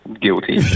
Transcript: Guilty